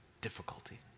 difficulty